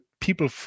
people